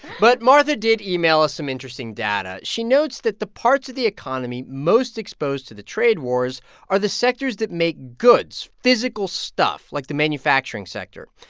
but martha did email us some interesting data. she notes that the parts of the economy most exposed to the trade wars are the sectors that make goods physical stuff, like the manufacturing sector.